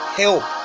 help